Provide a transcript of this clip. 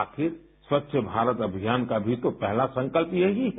आखिर स्वच्छ भारत अभियान का भी तो पहला संकल्प यही है